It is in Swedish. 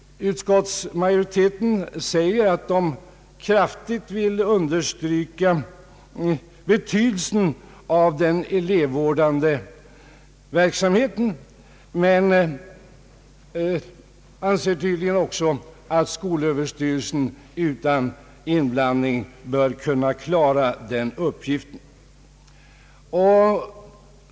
Utskottsmajoriteten säger sig kraftigt vilja understryka betydelsen av den elevvårdande verksamheten men anser att Sö utan inblandning bör klara denna uppgift.